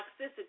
toxicity